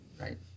Right